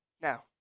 now